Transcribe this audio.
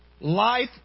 life